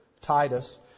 Titus